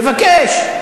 תבקש.